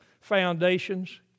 foundations